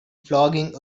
flogging